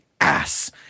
ass